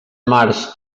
març